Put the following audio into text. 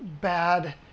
bad